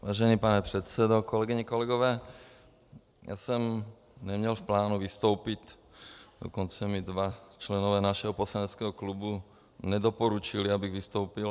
Vážený pane předsedo, kolegyně, kolegové, já jsem neměl v plánu vystoupit, dokonce mi dva členové našeho poslaneckého klubu nedoporučili, abych vystoupil.